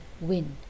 win